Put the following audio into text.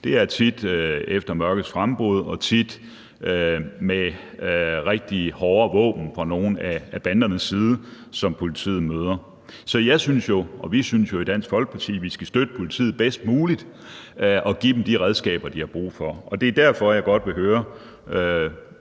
det er tit efter mørkets frembrud og tit med brug af rigtig hårde våben fra nogle af bandernes side, som politiet møder. Så jeg synes jo og vi synes i Dansk Folkeparti, at vi skal støtte politiet bedst muligt og give dem de redskaber, de har brug for. Det er derfor, jeg godt vil høre,